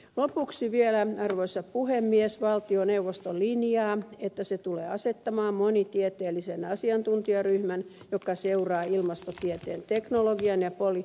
lopuksi vielä arvoisa puhemies valtioneuvosto linjaa että se tulee asettamaan monitieteellisen asiantuntijaryhmän joka seuraa ilmastotieteen teknologian ja politiikan kehitystä